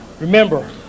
Remember